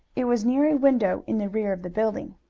it was near a window in the rear of the building.